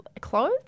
clothes